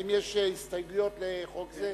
האם יש הסתייגויות לחוק זה?